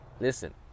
Listen